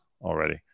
already